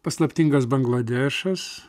paslaptingas bangladešas